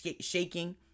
shaking